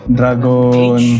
dragon